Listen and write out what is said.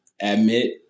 admit